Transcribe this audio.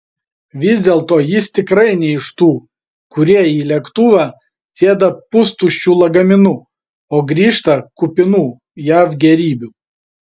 vis dėlto jis tikrai ne iš tų kurie į lėktuvą sėda pustuščiu lagaminu o grįžta kupinu jav gėrybių